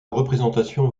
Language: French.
représentation